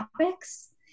topics